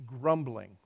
grumbling